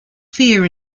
fear